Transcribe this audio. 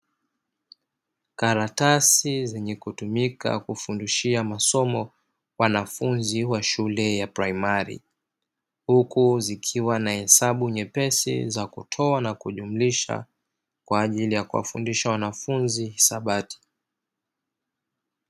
Karatasi zenye kutumika kufundishia masomo wanafunzi wa shule ya praimari, huku zikiwa na hesabu nyepesi za kutoa na kujumlisha kwa ajili ya kuwafundisha wanafunzi hisabati.